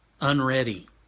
Unready